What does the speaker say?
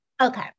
Okay